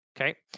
Okay